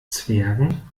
zwergen